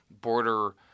border –